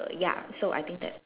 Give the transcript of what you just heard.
err ya so I think that